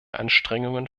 anstrengungen